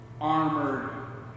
armored